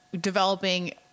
developing